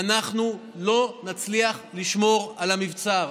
אנחנו לא נצליח לשמור על המבצר.